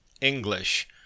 English